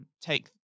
take